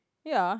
ya